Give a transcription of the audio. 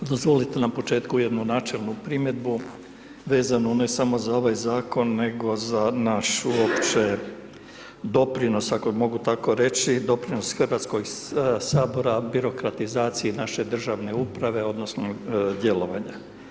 Dozvolite na početku jednu načelnu primjedbu vezanu ne samo za ovaj zakon nego za naš uopće doprinos ako mogu tako reći, doprinos Hrvatskoj sabora birokratizaciji naše državne uprave odnosno djelovanja.